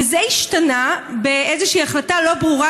וזה השתנה באיזושהי החלטה לא ברורה,